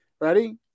Ready